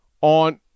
on –